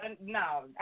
no